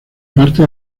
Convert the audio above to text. parte